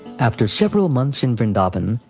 after several months in vrindavan,